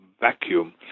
vacuum